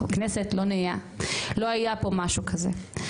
לא היה פה משהו כזה.